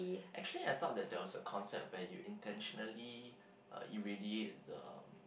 actually I thought that there was a concept when you intentionally uh irradiate the